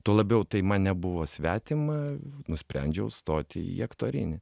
tuo labiau tai man nebuvo svetima nusprendžiau stoti į aktorinį